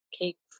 Cakes